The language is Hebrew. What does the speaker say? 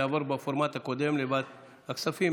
זה יעבור בפורמט הקודם ועדת כספים.